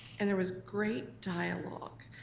and there was great dialogue,